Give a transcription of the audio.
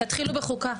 תתחילו בחוקה.